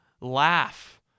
laugh